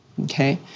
okay